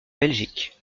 belgique